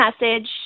message